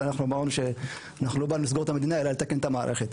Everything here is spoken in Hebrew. ואנחנו אמרנו שאנחנו לא באנו לסגור את המדינה אלא לתקן את המערכת.